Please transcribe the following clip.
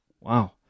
Wow